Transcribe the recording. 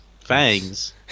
fangs